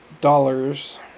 dollars